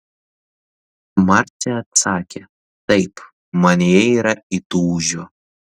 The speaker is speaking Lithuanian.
marcė atsakė taip manyje yra įtūžio